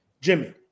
Jimmy